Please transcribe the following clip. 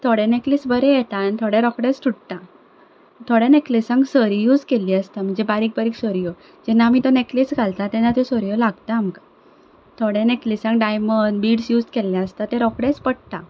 थोडे नेक्लेस बरे येतात आनी थोडे रोखडेच तुट्टात थोडे नेक्लेसांक सरी यूज केल्ली आसता म्हणल्यार बारीक बारीक सरयो जेन्ना आमी तो नेक्लेस घालतात तेन्ना त्यो सरयो लागतात आमकां थोडे नेक्लेसांक डायमंड बिड्स यूज केल्ले आसतात ते रोखडेच पडटात